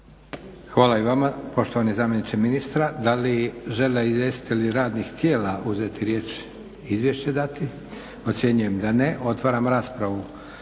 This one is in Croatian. Hvala i vama poštovani zamjeniče ministra. Da li žele izvjestitelji radnih tijela uzeti riječ, izvješće dati? Ocjenjujem da ne. Otvaram raspravu.